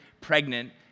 pregnant